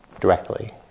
directly